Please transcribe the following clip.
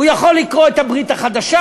הוא יכול לקרוא את הברית החדשה,